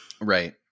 Right